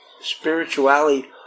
spirituality